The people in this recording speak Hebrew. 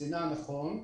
וציינה נכון,